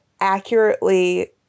accurately